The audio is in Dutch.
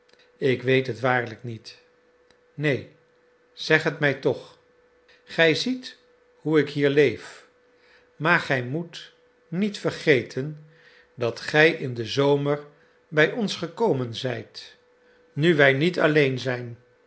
ik weet het waarlijk niet neen zeg het mij toch gij ziet hoe ik hier leef maar gij moet niet vergeten dat gij in den zomer bij ons gekomen zijt nu niet alleen zijn